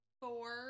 four